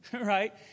right